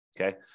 okay